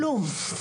כלום.